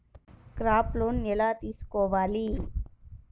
Crop loan ఎలా తీసుకోవాలి?